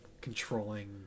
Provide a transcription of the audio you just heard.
controlling